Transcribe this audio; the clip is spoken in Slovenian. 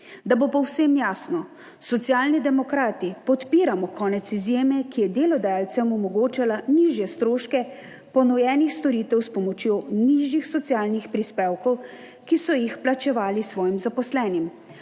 Da bo povsem jasno, Socialni demokrati podpiramo konec izjeme, ki je delodajalcem omogočala nižje stroške ponujenih storitev s pomočjo nižjih socialnih prispevkov, ki so jih plačevali svojim zaposlenim.